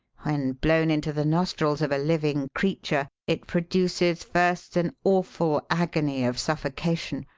when blown into the nostrils of a living creature it produces first an awful agony of suffocation,